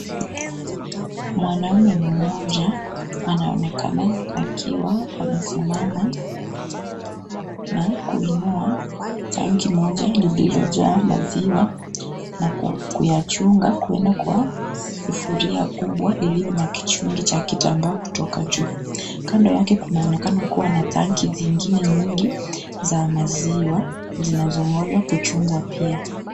Mwanamme mmoja anaonekana akiwa amesimama na kuinua tanki moja lililojaa maziwa, na kuyachunga kwenda kwa sufuria kubwa iliyo na kichungi cha kitambaa kutoka juu. Kando yake kunaonekana kuwa na tanki zingine nyingi za maziwa zinazongoja kupimwa pia.